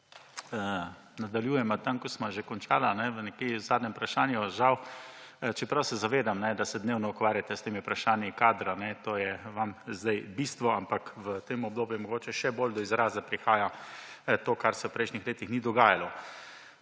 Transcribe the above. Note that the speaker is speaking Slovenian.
nadaljujeva tam, kjer sva že končala, kajne, nekje v zadnjem vprašanju, žal, čeprav se zavedam, da se dnevno ukvarjate s temi vprašanji kadra, to je vam zdaj bistvo, ampak v tem obdobju mogoče bolj do izraza prihaja to, kar se v prejšnjih letih ni dogajalo.